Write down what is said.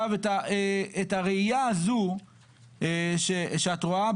את הראייה הזו שאת רואה,